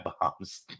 bombs